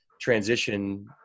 transition